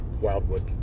wildwood